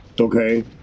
Okay